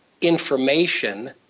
information